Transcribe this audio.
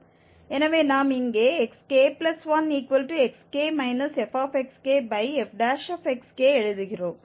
எனவே நாம் இங்கே xk1xk fxkfxk எழுதுகிறோம்